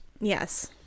Yes